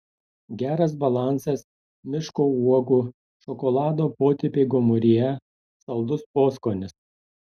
geras balansas miško uogų šokolado potėpiai gomuryje saldus poskonis